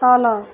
ତଲ